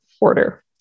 order